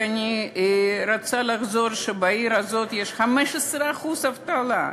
ואני חוזרת ואומרת שבעיר הזאת יש 15% אבטלה.